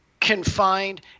confined